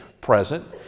present